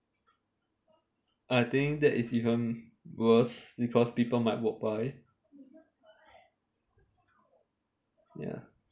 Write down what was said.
I think that is even worse because people might walk by ya